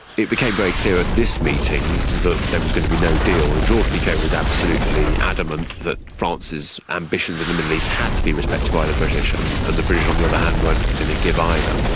it became very clear at this meeting that there was going to be no deal, and georges-picot was absolutely adamant that france's ambitions in the middle east had to be respected by the british, and and the british on the other hand weren't going to give either.